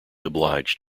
obliged